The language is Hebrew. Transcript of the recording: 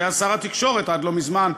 שהיה שר התקשורת עד לא מזמן,